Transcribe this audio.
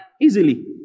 easily